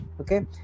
Okay